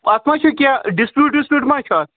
اَتھ ما چھُ کیٚنٛہہ ڈِسپیوٗٹ وِسپوٗٹ ما چھُ اَتھ